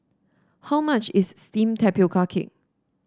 how much is steamed Tapioca Cake